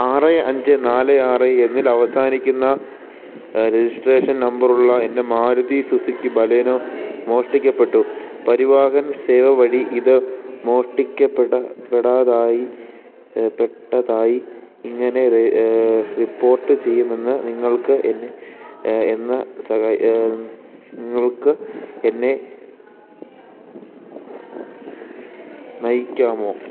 ആറ് അഞ്ച് നാല് ആറ് എന്നിൽ അവസാനിക്കുന്ന രജിസ്ട്രേഷൻ നമ്പറുള്ള എൻ്റെ മാരുതി സുസുക്കി ബലേനോ മോഷ്ടിക്കപ്പെട്ടു പരിവാഹൻ സേവ വഴി ഇത് മോഷ്ടിക്കപ്പെട്ടതായി ഇങ്ങനെ റിപ്പോർട്ട് ചെയ്യുമെന്ന് നിങ്ങൾക്ക് എന്നെ എന്നെ നിങ്ങൾക്ക് എന്നെ നയിക്കാമോ